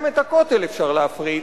גם את הכותל אפשר להפריט,